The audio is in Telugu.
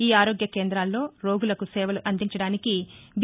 ఈ ఆరోగ్య కేందాల్లో రోగులకు సేవలు అందించడానికి బీ